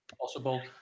Possible